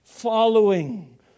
following